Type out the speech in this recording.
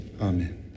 Amen